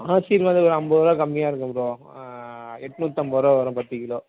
ஆசிர்வாது ஒரு ஐம்பதுருபா கம்மியாயிருக்கும் ப்ரோ எட்நூற்று ஐம்பதுருவா வரும் பத்து கிலோ